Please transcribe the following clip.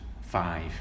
five